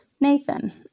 Nathan